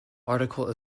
article